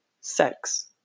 sex